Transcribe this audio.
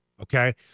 okay